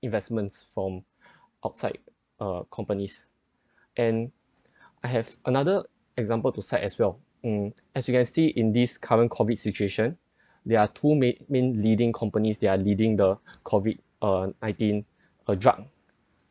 investments from outside uh companies and I have another example to cite as well mm as you can see in this current COVID situation there are two main main leading companies that are leading the COVID uh nineteen uh drug